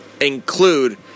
include